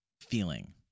feeling